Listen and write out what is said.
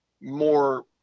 more